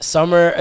Summer